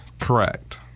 Correct